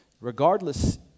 Regardless